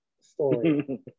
story